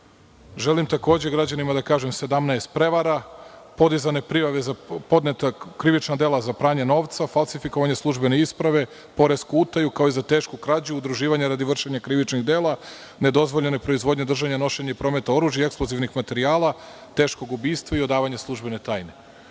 Želim takođe građanima da kažem 17 prevara, podnete su prijave za krivično delo pranje novca, falsifikovanje službene isprave, poresku utaju, kao i za tešku krađu, udruživanje radi vršenja krivičnih dela, nedozvoljene proizvodnje, držanja, nošenja i prometa oružja i eksplozivnih materijala, teškog ubistva i odavanja službene tajne.